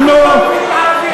בערבית.